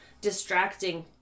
distracting